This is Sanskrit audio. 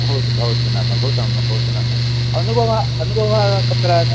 भवतु भवतु नाम भवतु नाम भवतु नाम अनुभवः अनुभवः कुत्र